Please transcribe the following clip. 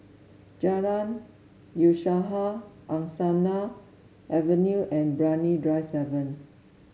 Jalan Usaha Angsana Avenue and Brani Drive seven